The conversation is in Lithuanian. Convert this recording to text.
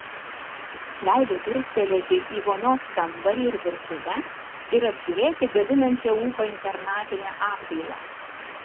leido dirstelėti į vonios kambarį ir virtuvę ir apžiūrėti gadinančią ūpą internatinę apdailą